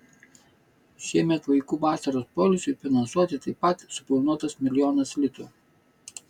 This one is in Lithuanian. šiemet vaikų vasaros poilsiui finansuoti taip pat suplanuotas milijonas litų